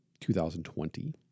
2020